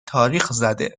تاریخزده